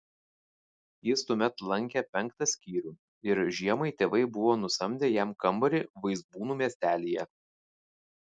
jis tuomet lankė penktą skyrių ir žiemai tėvai buvo nusamdę jam kambarį vaizbūnų miestelyje